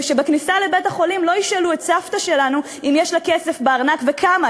ושבכניסה לבית-החולים לא ישאלו את סבתא שלנו אם יש לה כסף בארנק וכמה,